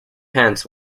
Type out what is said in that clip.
hands